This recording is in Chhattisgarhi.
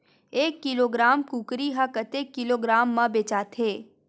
एक किलोग्राम कुकरी ह कतेक किलोग्राम म बेचाथे?